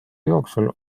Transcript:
jooksul